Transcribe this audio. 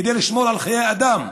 כדי לשמור על חיי אדם,